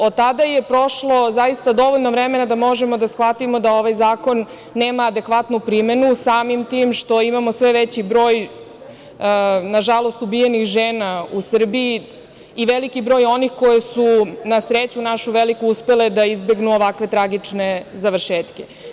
Od tada je prošlo zaista dovoljno vremena da možemo da shvatimo da ovaj zakon nema adekvatnu primenu, samim tim što imamo sve veći broj, nažalost, ubijenih žena u Srbiji i veliki broj onih koje su, na sreću našu veliku, uspele da izbegnu ovakve tragične završetke.